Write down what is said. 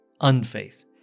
unfaith